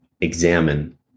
examine